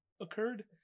occurred